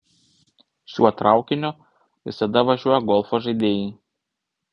šiuo traukiniu visada važiuoja golfo žaidėjai